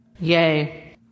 Yay